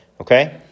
Okay